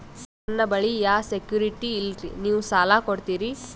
ನನ್ನ ಬಳಿ ಯಾ ಸೆಕ್ಯುರಿಟಿ ಇಲ್ರಿ ನೀವು ಸಾಲ ಕೊಡ್ತೀರಿ?